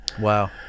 wow